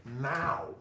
now